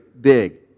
big